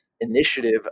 initiative